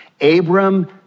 Abram